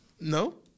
No